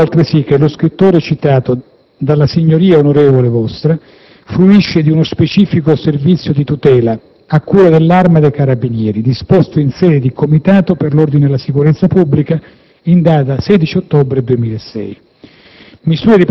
Ricordo, altresì, che lo scrittore da lei citato fruisce di uno specifico servizio di tutela, a cura dell'Arma dei carabinieri, disposto in sede di Comitato per l'ordine e la sicurezza pubblica in data 16 ottobre 2006.